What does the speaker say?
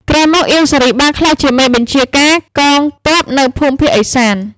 ក្រោយមក អៀង សារី បានក្លាយជាមេបញ្ជា ការកងទ័ពនៅភូមិភាគឦសាន។